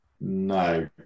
No